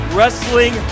Wrestling